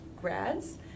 grads